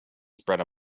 spread